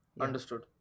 Understood